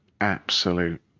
absolute